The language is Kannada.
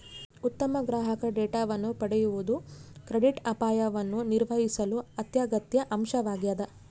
ಉತ್ತಮ ಗ್ರಾಹಕ ಡೇಟಾವನ್ನು ಪಡೆಯುವುದು ಕ್ರೆಡಿಟ್ ಅಪಾಯವನ್ನು ನಿರ್ವಹಿಸಲು ಅತ್ಯಗತ್ಯ ಅಂಶವಾಗ್ಯದ